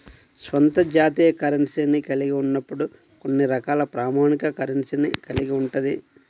స్వంత జాతీయ కరెన్సీని కలిగి ఉన్నప్పుడు కొన్ని రకాల ప్రామాణిక కరెన్సీని కలిగి ఉంటది